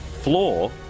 floor